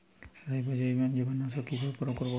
Rhizobium জীবানুসার কিভাবে প্রয়োগ করব?